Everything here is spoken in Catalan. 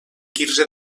quirze